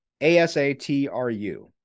A-S-A-T-R-U